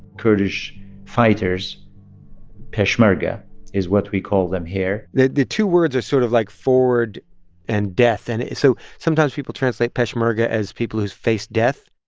kurdish fighters peshmerga is what we call them here the the two words are sort of like forward and death, and so sometimes people translate peshmerga as people whose face death.